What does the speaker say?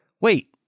Wait